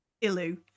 Ilu